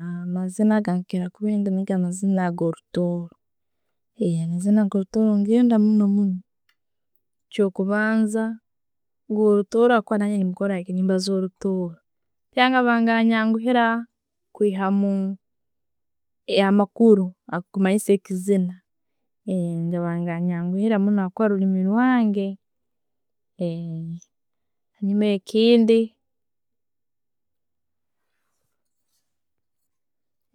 Amaziina genkira kwenda nigo amazina garutooro. Ago rutooro ngenda muno muno kyokubanza mpura orutooro habwokuba nanyowe mbaza orutooro kwihamu amakulu akumanyisa ekizina nebanjanguhira muno habwokuba ni rulimi rwange. Ne kindi